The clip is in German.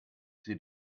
sie